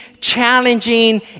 challenging